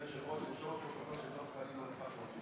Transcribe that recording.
ההצעה להעביר את הצעת חוק הקולנוע (תיקון מס' 3)